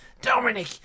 Dominic